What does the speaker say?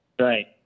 Right